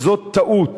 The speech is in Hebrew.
וזו טעות,